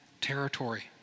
territory